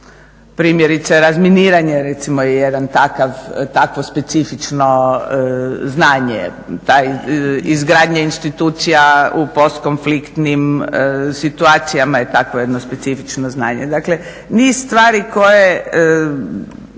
Primjerice razminiranje recimo je jedan takav, takvo specifično znanje. Izgradnja institucija u postkonfliktnim situacijama je takvo jedno specifično znanje. Dakle niz stvari koje